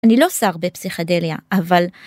אני לא שר בפסיכדליה, אבל...